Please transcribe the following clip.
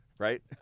Right